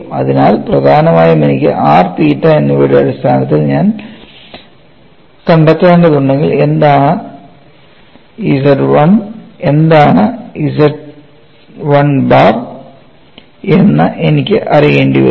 അതിനാൽ പ്രധാനമായും എനിക്ക് r തീറ്റ എന്നിവയുടെ അടിസ്ഥാനത്തിൽ ഞാൻ കണ്ടെത്തേണ്ടതുണ്ടെങ്കിൽ എന്താണ് Z 1 എന്താണ് Z 1 ബാർ എന്ന് എനിക്ക് അറിയേണ്ടി വരും